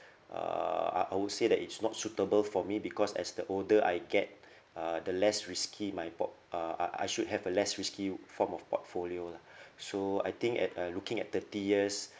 uh I I would say that it's not suitable for me because as the older I get uh the less risky my port~ uh I I should have a less risky form of portfolio lah so I think at uh looking at thirty years